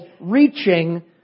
reaching